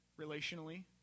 relationally